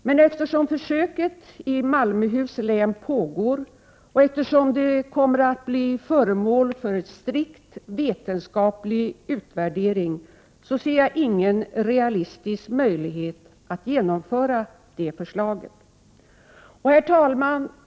Men eftersom försöket i Malmöhus län pågår och eftersom det kommer att bli föremål för strikt vetenskaplig utvärdering, ser jag ingen realistisk möjlighet att genomföra detta förslag. Herr talman!